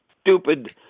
stupid